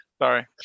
Sorry